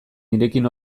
nirekin